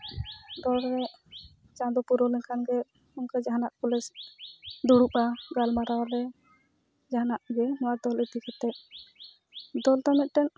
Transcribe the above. ᱫᱚᱞ ᱨᱮ ᱪᱟᱸᱫᱚ ᱯᱩᱟᱹᱣ ᱞᱮᱱᱠᱷᱟᱱ ᱜᱮ ᱚᱱᱠᱟ ᱡᱟᱦᱟᱸᱱᱟᱜ ᱯᱩᱞᱤᱥ ᱫᱩᱲᱩᱯᱼᱟ ᱜᱟᱞᱢᱟᱨᱟᱣᱟᱞᱮ ᱡᱟᱦᱟᱸᱱᱟᱜ ᱜᱮ ᱱᱚᱣᱟ ᱫᱚᱞ ᱤᱫᱤ ᱠᱟᱛᱮ ᱫᱚᱞ ᱫᱚ ᱢᱤᱫᱴᱮᱱ